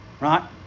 Right